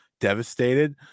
devastated